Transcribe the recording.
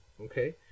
Okay